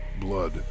blood